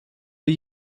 for